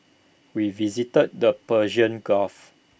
we visited the Persian gulf